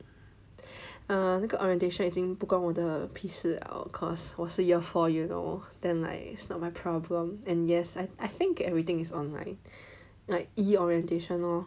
err 那个 orientation 已经不关我的屁事了 cause 我是 year four you know then like it's not my problem and yes I I think everything is online like e-orientation lor